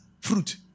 fruit